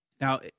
Now